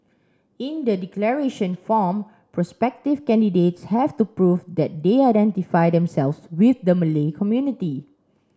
in the declaration form prospective candidates have to prove that they identify themselves with the Malay community